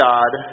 God